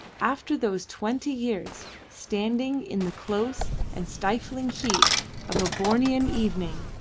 after those twenty years, standing in the close and stifling heat of a bornean evening,